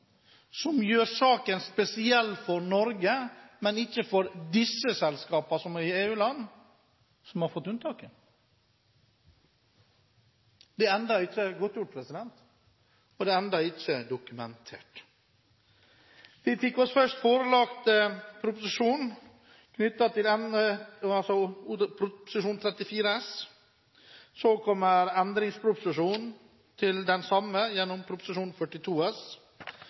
som gjør saken spesiell for Norge, men ikke for de selskapene i EU-landene som har fått unntak? Det er enda ikke godtgjort, og det er enda ikke dokumentert. Vi fikk oss først forelagt Prop. 34 S, og så kom endringsproposisjonen til den samme, gjennom Prop. 42 S.